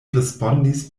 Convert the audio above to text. respondis